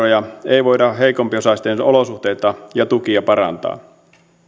tuomia veroeuroja ei voida heikompiosaisten olosuhteita ja tukia parantaa